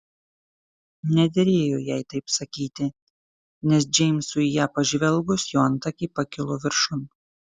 nederėjo jai taip sakyti nes džeimsui į ją pažvelgus jo antakiai pakilo viršun